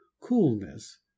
coolness